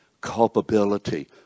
culpability